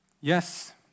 Yes